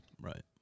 Right